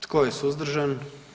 Tko je suzdržan?